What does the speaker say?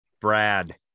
Brad